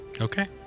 Okay